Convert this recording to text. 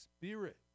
spirit